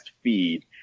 feed